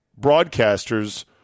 broadcasters